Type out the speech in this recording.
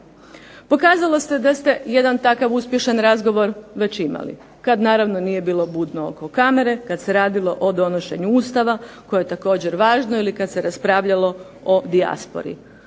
Pokazalo se da ste jedan takav uspješan razgovor već imali, kad naravno nije bilo budno oko kamere, kad se radilo o donošenju Ustava, koje je također važno, ili kad se raspravljalo o dijaspori.